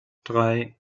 drei